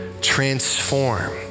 transform